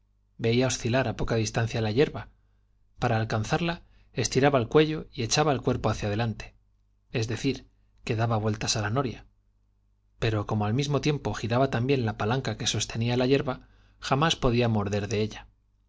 veía oscilar á poca distancia la hierba para alcanzarla estiraba el cuello y echaba el cuerpo hacia adelante es decir que daba vueltas á la noria al mismo pero como tiempo giraba también la palanca que sostenía la hierba jamás podía morder en ella